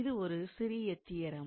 இது ஒரு சிறிய தியரம்